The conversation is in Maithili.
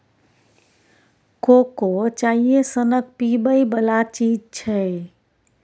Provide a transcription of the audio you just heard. कोको चाइए सनक पीबै बला चीज छै